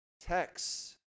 text